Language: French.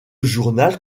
journal